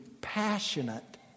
passionate